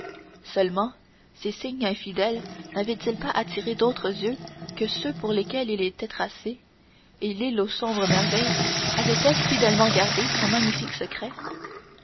seulement ces signes infidèles n'avaient-ils pas attiré d'autres yeux que ceux pour lesquels ils étaient tracés et l'île aux sombres merveilles avait-elle fidèlement gardé son magnifique secret